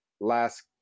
last